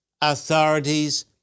authorities